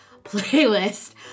playlist